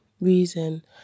reason